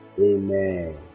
Amen